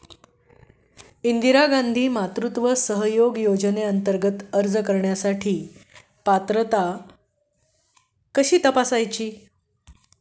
इंदिरा गांधी मातृत्व सहयोग योजनेअंतर्गत अर्ज करण्यासाठी पात्र आहे की नाही हे कसे पाहायचे?